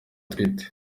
atwite